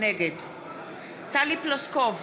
נגד טלי פלוסקוב,